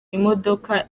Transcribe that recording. imodoka